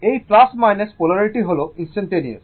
এই পোলারিটি হল ইনস্টানটানেওয়াস